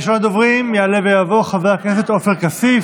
יעלה ויבוא חבר הכנסת עופר כסיף,